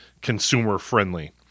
consumer-friendly